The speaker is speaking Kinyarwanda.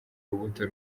rubuto